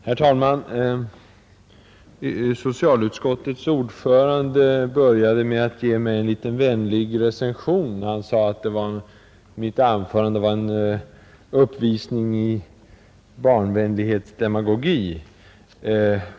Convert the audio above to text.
Herr talman! Socialutskottets ordförande började med att ge mig en liten vänlig recension. Han sade att mitt anförande var en uppvisning i barnvänlighetsdemagogi.